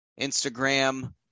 instagram